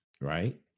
right